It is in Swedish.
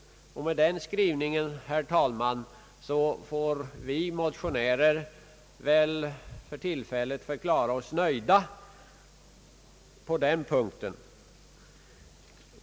Med den skrivningen får väl vi motionärer för tillfället förklara oss nöjda på den punkten.